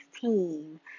team